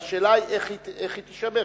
השאלה איך היא תישמר,